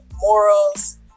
morals